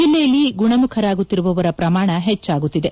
ಜಿಲ್ಲೆಯಲ್ಲಿ ಗುಣಮುಖರಾಗುತ್ತಿರುವವರ ಪ್ರಮಾಣ ಹೆಚ್ಚಾಗುತ್ತಿದೆ